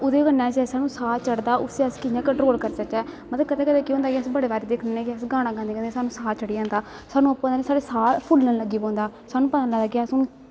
ओह्दै कन्नै जेह्का साह् चढ़दा उसी कियां कंट्रोल करी सकचै मतलव कदैं कदैं केह् होंदा कि अस बड़े बारी दिक्खने कि अस गाना गांदें साह् चढ़ी जंदी साढ़ा साह् फुल्लन लगी पौंदा स्हानु पता नी लगदा कि हून अस